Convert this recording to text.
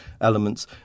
elements